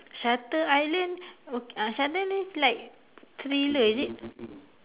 shutter island o~ uh shutter island like thriller is it